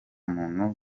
muntu